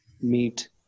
meet